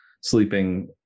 sleeping